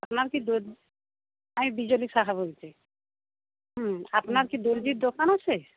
আপনার কি আমি বিজলী সাহা বলছি হুম আপনার কি দর্জির দোকান আছে